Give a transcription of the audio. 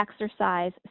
Exercise